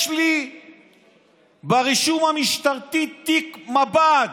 יש לי ברישום המשטרתי תיק מב"ד,